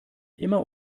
immer